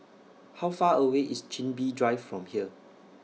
How Far away IS Chin Bee Drive from here